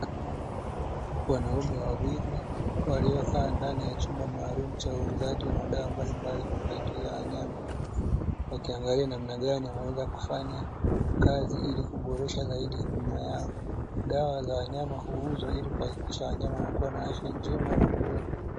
Wanaume wawili, waliokaa ndani ya chuma maalumu cha uuzaji wa madawa mbalimbali ya wanyama, wakiangalia namna gani wanaweza kufanya kazi ili kuboresha zaidi huduma yao. Dawa za wanyama huuzwa ili kuhakikisha wanyama wanakuwa na afya njema na nzuri.